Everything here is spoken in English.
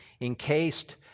encased